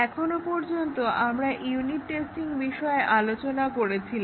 এখনো পর্যন্ত আমরা ইউনিট টেস্টিং বিষয়ে আলোচনা করছিলাম